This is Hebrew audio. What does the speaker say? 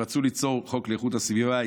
כשרצו ליצור חוק לאיכות הסביבה,